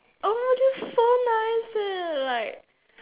oh my this is so nice leh like